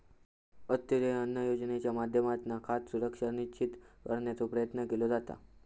अंत्योदय अन्न योजनेच्या माध्यमातना खाद्य सुरक्षा सुनिश्चित करण्याचो प्रयत्न केलो जाता